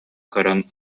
көрөн